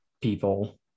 People